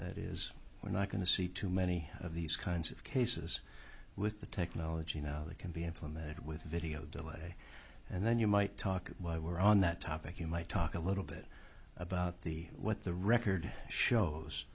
that is we're not going to see too many of these kinds of cases with the technology now that can be implemented with video delay and then you might talk why we're on that topic you might talk a little bit about the what the record shows